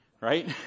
right